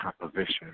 composition